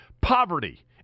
Poverty